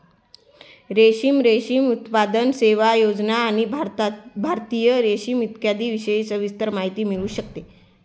रेशीम, रेशीम उत्पादन, सेवा, योजना आणि भारतीय रेशीम इत्यादींविषयी सविस्तर माहिती मिळू शकते